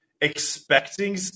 expecting